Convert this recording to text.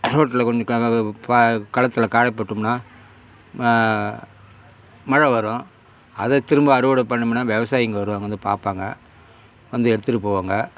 ரோட்டில் கொண்டு க பா களத்தில் காய போட்டோம்னா மா மழை வரும் அதை திரும்ப அறுவடை பண்ணோமுன்னா விவசாயிங்க வருவாங்க வந்து பார்ப்பாங்க வந்து எடுத்துகிட்டு போவாங்க